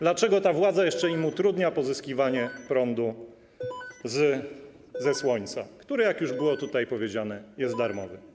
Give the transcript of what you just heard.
Dlaczego ta władza jeszcze im utrudnia pozyskiwanie prądu ze słońca, które - jak już było powiedziane - jest darmowe?